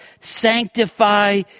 sanctify